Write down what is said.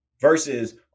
Versus